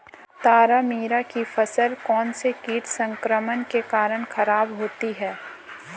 तारामीरा की फसल कौनसे कीट संक्रमण के कारण खराब होती है?